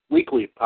Weekly